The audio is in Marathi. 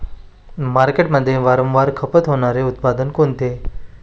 मार्केटमध्ये वारंवार खपत होणारे उत्पादन कोणते?